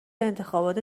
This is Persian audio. انتخابات